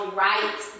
right